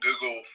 Google